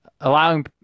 allowing